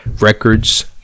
records